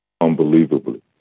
unbelievably